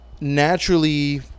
naturally